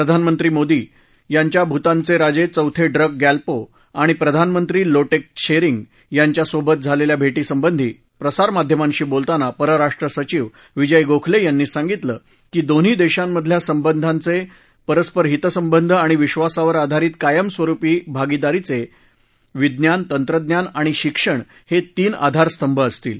प्रधानमंत्री नरेंद्र मोदी यांच्या भूतानचे राजे चौथे ड्रक म्यालपो आणि प्रधानमंत्री लोटे त्शेरिंग यांच्यासोबत झालेल्या भेटीसंबधी प्रसारमाध्यमांशी बोलताना परराष्ट्र सचीव विजय गोखले यांनी सांगितल की दोन्ही देशांमधल्या संबंधाचे परस्पर हितसंबंध आणि विश्वासावर आधारित कायमस्वरुपी भागीदारीचे विज्ञान तंत्रज्ञान आणि शिक्षण हे तीन आधारस्तंभ असतील